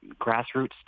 grassroots